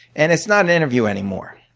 and it's not an interview anymore.